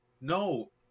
No